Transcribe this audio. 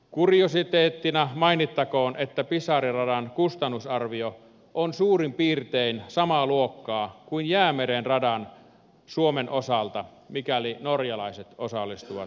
kuriositeettina mainittakoon että pisara radan kustannusarvio on suurin piirtein samaa luokkaa kuin jäämeren radan suomen osalta mikäli norjalaiset osallistuvat hankkeeseen